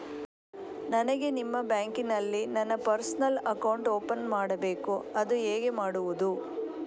ನನಗೆ ನಿಮ್ಮ ಬ್ಯಾಂಕಿನಲ್ಲಿ ನನ್ನ ಪರ್ಸನಲ್ ಅಕೌಂಟ್ ಓಪನ್ ಮಾಡಬೇಕು ಅದು ಹೇಗೆ ಮಾಡುವುದು?